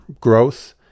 growth